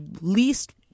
least